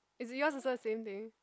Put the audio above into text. is yours also a same thing